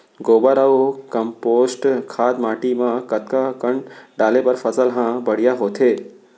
गोबर अऊ कम्पोस्ट खाद माटी म कतका कन डाले बर फसल ह बढ़िया होथे?